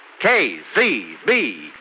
KCB